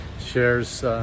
shares